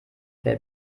wer